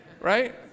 right